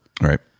Right